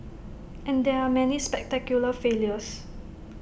and there are many spectacular failures